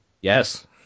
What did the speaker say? Yes